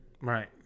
Right